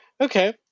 Okay